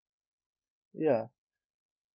ya